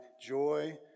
joy